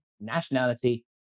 nationality